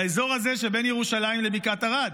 לאזור הזה שבין ירושלים לבקעת ערד,